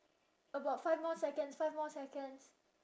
about five more seconds five more seconds